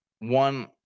one